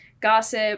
Gossip